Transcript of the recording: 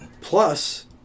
Plus